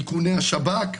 איכוני השב"כ,